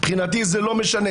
מבחינתי זה לא משנה,